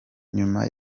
nyuma